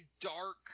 dark